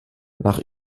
nach